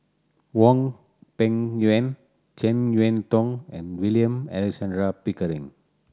Hwang Peng Yuan Jek Yeun Thong and William Alexander Pickering